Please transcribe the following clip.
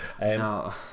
no